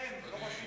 שרובכם לא רוצים